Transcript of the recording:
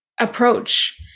approach